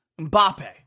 Mbappe